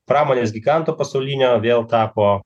pramonės giganto pasaulinio vėl tapo